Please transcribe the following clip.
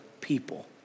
people